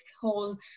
whole